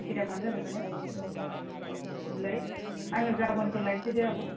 एखे दामआनो जाजोबगोन ने होमबालाय आङो गाबोनफोर लायनिसै दे आब'